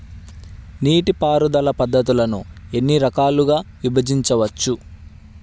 నీటిపారుదల పద్ధతులను ఎన్ని రకాలుగా విభజించవచ్చు?